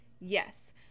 yes